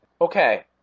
okay